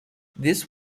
this